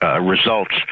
results